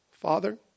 Father